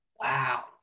Wow